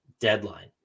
deadline